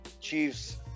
Chiefs